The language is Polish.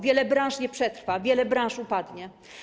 Wiele branż nie przetrwa, wiele branż upadnie.